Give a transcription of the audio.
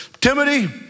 Timothy